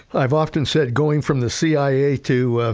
i've often said going from the cia to,